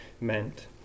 meant